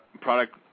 product